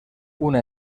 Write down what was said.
una